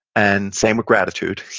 and same with gratitude.